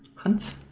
hunts?